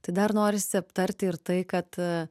tai dar norisi aptarti ir tai kad